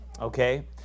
okay